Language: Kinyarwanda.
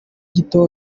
gito